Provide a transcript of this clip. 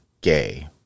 gay